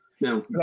Now